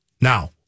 Now